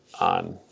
on